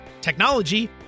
technology